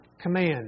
command